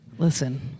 Listen